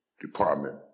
department